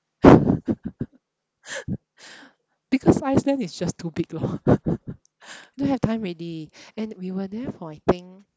because Iceland is just too big lor don't have time already and we were there for I think